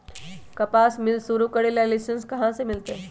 कपास मिल शुरू करे ला लाइसेन्स कहाँ से मिल तय